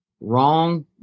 wrong